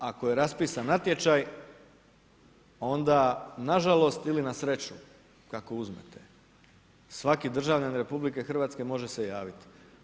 I ako je raspisan natječaj onda nažalost ili na sreću, kako uzmete, svaki državljanin RH može se javiti.